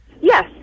Yes